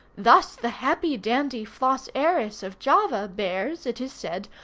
thus the happy-dandy flos aeris of java bears, it is said,